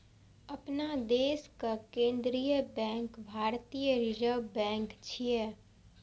अपना देशक केंद्रीय बैंक भारतीय रिजर्व बैंक छियै